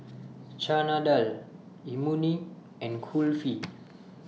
Chana Dal Imoni and Kulfi